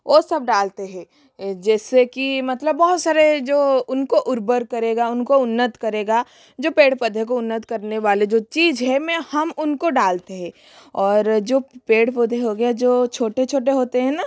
ओ सब डालते है जैसे की मतलब बहुत सारे जो उनको उरबर करेगा उनको उन्नत करेगा जो पेड़ पौधे को उन्नत करने वाले जो चीज है मैं हम उनको डालते है और जो पेड़ पौधे हो गया जो छोटे छोटे होते है न